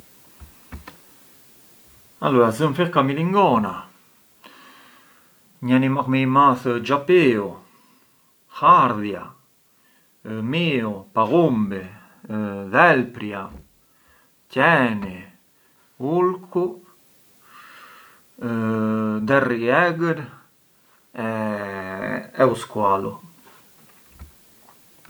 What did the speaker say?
Allura zëm fill ka milingona, njëri më i madh ë xhapiu, hardhia, miu, pallumbi, dhelpria, qeni, ulku, derri, derri i egër e u squalu.